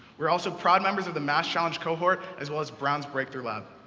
we're also proud members of the masschallenge cohort, as well as brown's breakthrough lab.